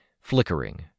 Flickering